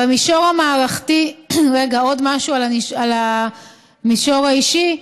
במישור המערכתי, רגע, עוד משהו על המישור האישי.